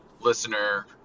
listener